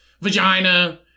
vagina